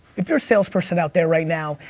if you're a salesperson out there right now,